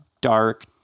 dark